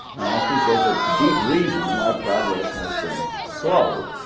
and i think there's a deep reason why progress has been slow,